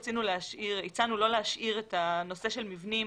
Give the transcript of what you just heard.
הצענו לא להשאיר את הנושא של מבנים